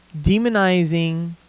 Demonizing